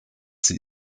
sie